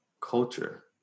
culture